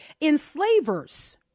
enslavers